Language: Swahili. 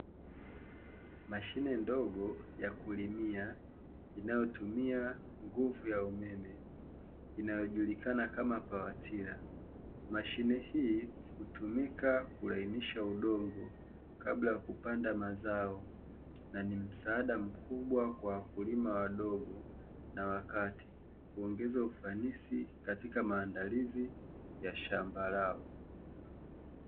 Mashine ndogo ya kulimia inayotumia nguvu ya umeme, inayojulikana kama pawatila. Mashine hii hutumika kulainisha udongo kabla ya kupanda mazao, na ni msaada mkubwa kwa wakulima wadogo na wa kati. Huongeza ufanisi katika maandalizi ya shamba lao.